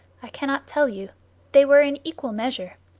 i cannot tell you they were in equal measure.